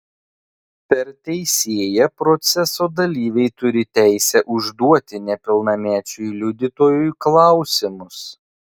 per teisėją proceso dalyviai turi teisę užduoti nepilnamečiui liudytojui klausimus